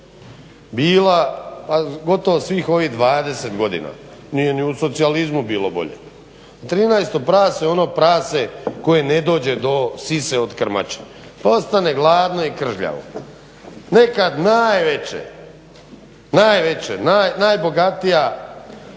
bila, a gotovo svih ovih 20 godina. Nije ni u socijalizmu bilo bolje. 13 prase, ono prase koje ne dođe do sise od krmače pa ostane gladno i kržljavo. Nekad najveće, najveće, najbogatija